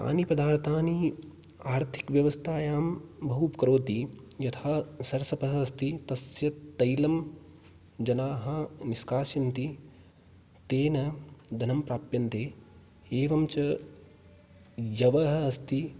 तानि पदार्थाः आर्थिकव्यवस्थायां बहु करोति यथा सर्षपः अस्ति तस्य तैलं जनाः निष्कासयन्ति तेन धनं प्राप्यन्ते एवञ्च यवः अस्ति